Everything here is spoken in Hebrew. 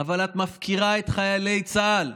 אבל את מפקירה את חיילי צה"ל.